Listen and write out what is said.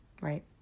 right